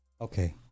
Okay